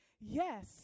yes